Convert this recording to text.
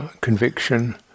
conviction